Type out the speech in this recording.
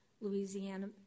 Louisiana